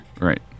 Right